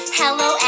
hello